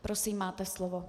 Prosím, máte slovo.